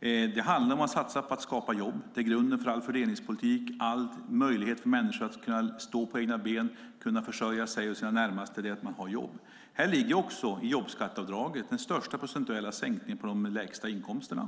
men kom ihåg: Det handlar om att satsa på att skapa jobb. Det är grunden för all fördelningspolitik. Förutsättningen för att människor ska kunna stå på egna ben och försörja sig och sina närmaste är att man har jobb. Här ligger också jobbskatteavdraget, den största procentuella sänkningen för dem med de lägsta inkomsterna.